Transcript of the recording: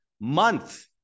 month